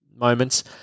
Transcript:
moments